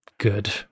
good